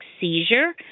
seizure